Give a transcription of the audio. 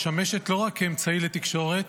משמשת לא רק כאמצעי לתקשורת,